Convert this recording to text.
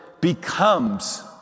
becomes